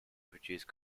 produce